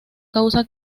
causa